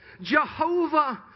Jehovah